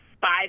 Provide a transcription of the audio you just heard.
five